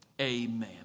amen